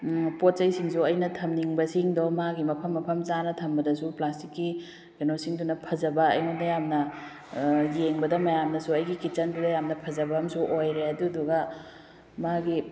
ꯄꯣꯠꯆꯩꯁꯤꯡꯁꯨ ꯑꯩꯅ ꯊꯝꯅꯤꯡꯕꯁꯤꯡꯗꯣ ꯃꯥꯒꯤ ꯃꯐꯝ ꯃꯐꯝ ꯆꯥꯅ ꯊꯝꯕꯗꯁꯨ ꯄ꯭ꯂꯥꯁꯇꯤꯛꯀꯤ ꯀꯩꯅꯣꯁꯤꯡꯗꯨꯅ ꯐꯖꯕ ꯑꯩꯉꯣꯟꯗ ꯌꯥꯝꯅ ꯌꯦꯡꯕꯗ ꯃꯌꯥꯝꯅꯁꯨ ꯑꯩꯒꯤ ꯀꯤꯠꯆꯟꯗꯨꯗ ꯌꯥꯝꯅ ꯐꯖꯕꯝꯁꯨ ꯑꯣꯏꯔꯦ ꯑꯗꯨꯗꯨꯒ ꯃꯥꯒꯤ